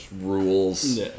rules